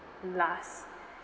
last